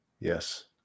Yes